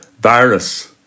virus